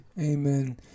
Amen